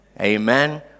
Amen